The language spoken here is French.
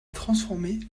transformée